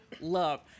love